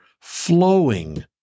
flowing